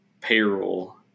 payroll